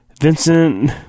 Vincent